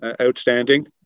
outstanding